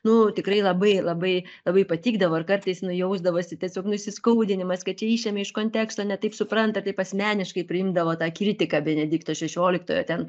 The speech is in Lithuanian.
nu tikrai labai labai labai patikdavo ir kartais jausdavosi tiesiog nu įsiskaudinimas kad čia išėmė iš konteksto ne taip supranta taip asmeniškai priimdavo tą kritiką benedikto šešioliktojo ten